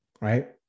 Right